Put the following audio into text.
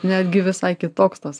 netgi visai kitoks tas